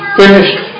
finished